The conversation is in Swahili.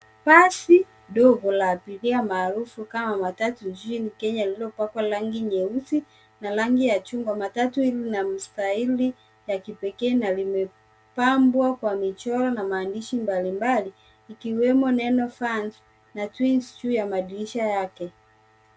Basi dogo la abiria maarufu kama matatu nchini Kenya, lililopakwa rangi nyeusi na rangi ya chungwa. Matatu hili lina mstari la kipekee na limepambwa kwa michoro na maandishi mbalimbali ikiwemo neno Vans na Twins juu ya madirisha yake.